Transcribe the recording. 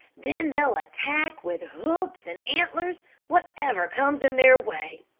then they'll attack with hoofs and antlers whatever comes in their way.